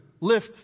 lift